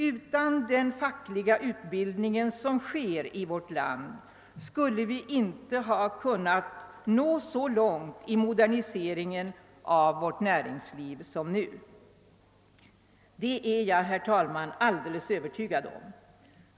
Utan den fackliga utbildning som bedrivs i vårt land skulle vi inte ha kunnat nå så långt i moderniseringen av vårt näringsliv som vi nu gjort. Det är jag, herr talman, alldeles övertygad om.